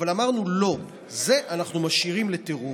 אבל אמרנו: לא, את זה אנחנו משאירים לטרור.